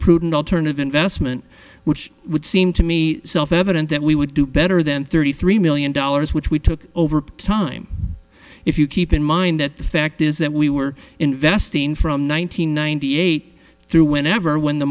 prudent alternative investment which would seem to me self evident that we would do better than thirty three million dollars which we took over time if you keep in mind that the fact is that we were investing from one nine hundred ninety eight through whenever when the